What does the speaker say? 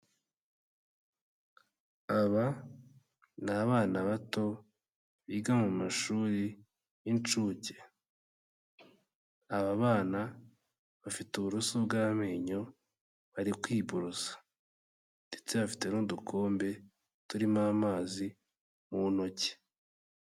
Aba ni abana bato biga mu mashuri y'incuke, aba bana bafite uburoso bw'amenyo bari kwiborosa ndetse bafite n'udukombe turimo amazi mu ntoki.